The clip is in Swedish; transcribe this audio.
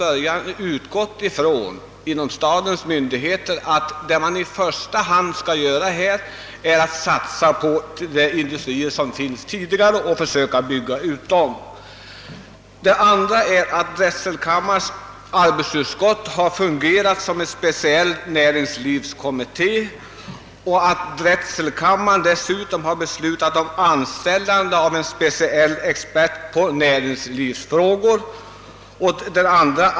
Stadens myndigheter har nämligen utgått ifrån att det som i första hand bör göras är att satsa på de industrier som redan finns och försöka bygga ut dem. Drätselkammarens arbetsutskott har också fungerat som en speciell näringslivskommitté, och dessutom har drätselkammaren beslutat om anställande av en expert på näringslivsfrågor.